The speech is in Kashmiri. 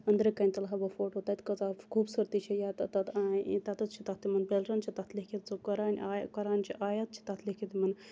أنٛدرٕ کَنہِ تُلہٕ ہا بہٕ فوٹو تَتہِ کۭژاہ خوٗبصورتی چھِ یا تتہِ حظ چھ تَتھ تِمَن پِلرَن چھ تَتھ لیٖکھِتھ سُہ قۄرٲنی قۄران چہِ آیَت چھِ تتھ لیٖکھِتھ تِمَن